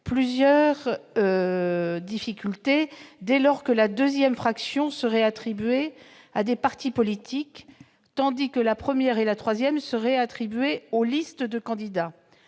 plusieurs difficultés, dès lors que la deuxième fraction serait attribuée à des partis politiques, tandis que la première et la troisième reviendraient aux listes de candidats.